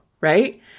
right